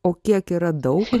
o kiek yra daug